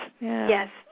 Yes